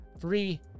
three